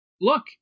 Look